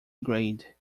grade